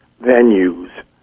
venues